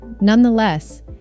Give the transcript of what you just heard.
Nonetheless